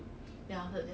!huh!